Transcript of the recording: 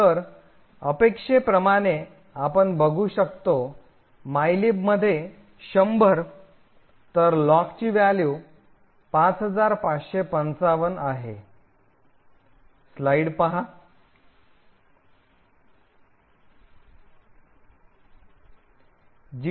तर अपेक्षेप्रमाणे आपण बघू शकतो मायलीब मध्ये 100 तर लॉगची व्हॅल्यू 5555 आहे